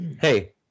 hey